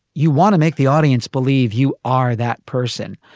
you want to make the audience believe you are that person.